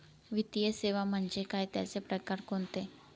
वित्तीय सेवा म्हणजे काय? त्यांचे प्रकार कोणते?